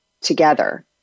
together